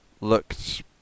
looked